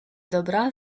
добра